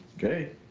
Okay